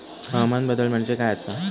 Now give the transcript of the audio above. हवामान बदल म्हणजे काय आसा?